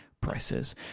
prices